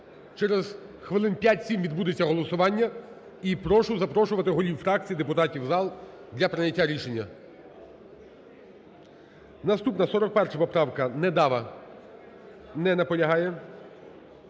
через хвилин 5-7 відбудеться голосування. І прошу запрошувати голів фракцій депутатів в зал для прийняття рішення. Наступна, 41 поправка, Недава. Не наполягає.